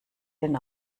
den